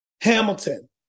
Hamilton